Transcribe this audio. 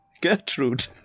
Gertrude